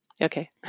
Okay